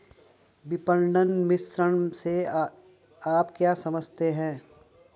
विपणन मिश्रण से आप क्या समझते हैं?